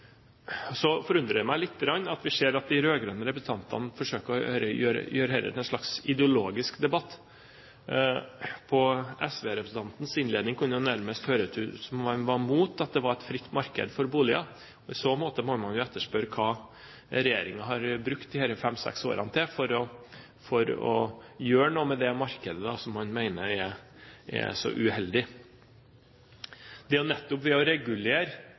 Så forundrer det meg lite grann at vi ser at de rød-grønne representantene forsøker å gjøre dette til en slags ideologisk debatt. Av SV-representantens innledning kunne det nærmest høres ut som man var imot at det var et fritt marked for boliger. I så måte må man jo spørre om hva regjeringen har brukt disse fem–seks årene til for å gjøre noe med det markedet som man mener er så uheldig. Det er jo nettopp ved å regulere